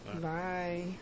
Bye